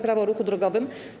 Prawo o ruchu drogowym.